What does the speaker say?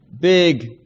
big